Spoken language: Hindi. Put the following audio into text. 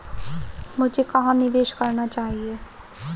मुझे कहां निवेश करना चाहिए?